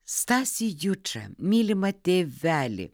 stasį jučą mylimą tėvelį